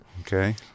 Okay